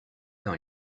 dans